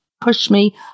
push-me